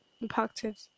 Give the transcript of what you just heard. impacted